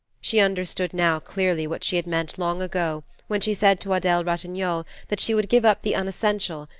she understood now clearly what she had meant long ago when she said to adele ratignolle that she would give up the unessential,